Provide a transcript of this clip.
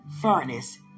furnace